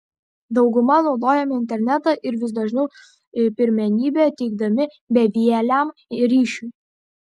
dauguma naudojame internetą ir vis dažniau pirmenybę teikdami bevieliam ryšiui